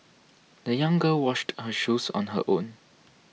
the young girl washed her shoes on her own